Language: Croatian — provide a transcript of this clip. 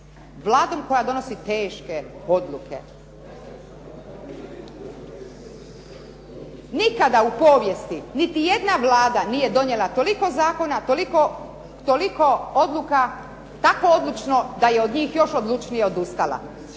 Vladom koja donosi teške odluke. Nikada u povijesti niti jedna Vlada nije donijela toliko zakona, toliko odluka tako odlučno da je od njih još odlučnije odustala.